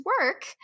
work